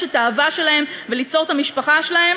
את האהבה שלהן וליצור את המשפחה שלהן